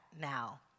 now